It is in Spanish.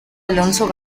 alonso